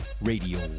radio